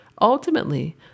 Ultimately